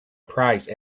prize